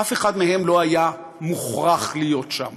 אף אחד מהם לא היה מוכרח להיות שם.